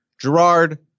Gerard